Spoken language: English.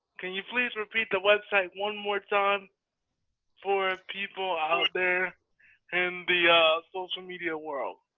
can you please repeat the website one more time for people out there in the ah social media world?